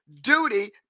duty